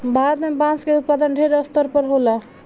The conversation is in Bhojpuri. भारत में बांस के उत्पादन ढेर स्तर होला